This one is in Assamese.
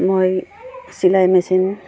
মই চিলাই মেচিন